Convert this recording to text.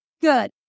Good